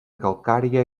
calcària